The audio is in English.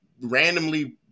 randomly